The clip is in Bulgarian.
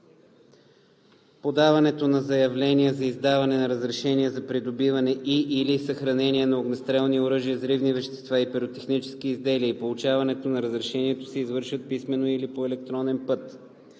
Подаването на заявление за издаване на разрешение за придобиване и/или съхранение на огнестрелни оръжия, взривни вещества и пиротехнически изделия и получаването на разрешението се извършват писмено или по електронен път.“